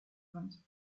sind